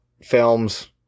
films